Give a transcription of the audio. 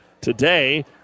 today